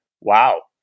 wow